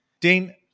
Dane